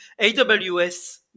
AWS